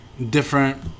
different